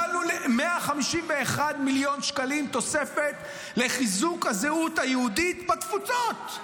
151 מיליון שקלים תוספת לחיזוק הזהות היהודית בתפוצות.